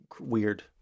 weird